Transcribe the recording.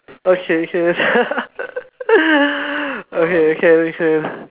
okay okay okay can can